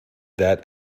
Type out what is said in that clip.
that